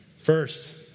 First